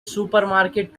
supermarket